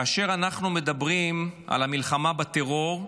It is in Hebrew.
כאשר אנחנו מדברים על המלחמה בטרור,